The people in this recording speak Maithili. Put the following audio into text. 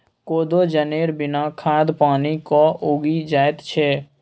कोदो जनेर बिना खाद पानिक उगि जाएत छै